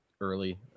early